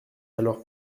alors